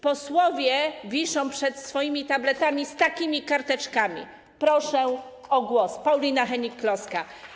Posłowie siedzę przed swoimi tabletami z takimi karteczkami: proszę o głos - Paulina Hennig-Kloska.